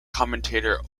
commentator